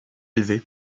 élevé